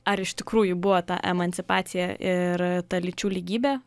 ar iš tikrųjų buvo ta emancipacija ir ta lyčių lygybė